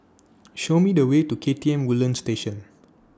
Show Me The Way to K T M Woodlands Station